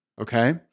Okay